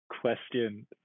question